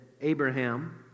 Abraham